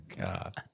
god